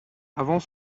avant